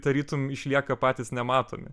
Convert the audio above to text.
tarytum išlieka patys nematomi